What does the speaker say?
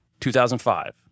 2005